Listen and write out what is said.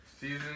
Season